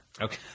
Okay